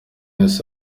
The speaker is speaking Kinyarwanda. yose